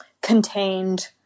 contained